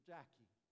Jackie